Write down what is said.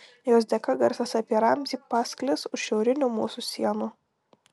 jos dėka garsas apie ramzį pasklis už šiaurinių mūsų sienų